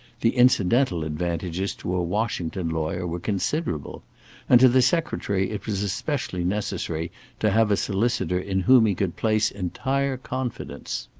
the incidental advantages to a washington lawyer were considerable and to the secretary it was especially necessary to have a solicitor in whom he could place entire confidence.